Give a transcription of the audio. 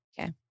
Okay